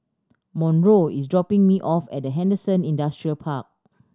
Monroe is dropping me off at Henderson Industrial Park